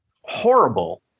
horrible